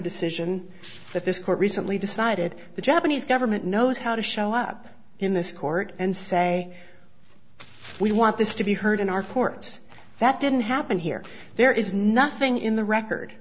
decision that this court recently decided the japanese government knows how to show up in this court and say we want this to be heard in our courts that didn't happen here there is nothing in the record